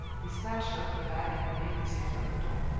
he snatched up the bag and laid his hand on the door.